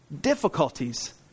difficulties